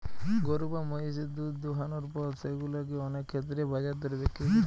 গরু বা মহিষের দুধ দোহানোর পর সেগুলা কে অনেক ক্ষেত্রেই বাজার দরে বিক্রি করে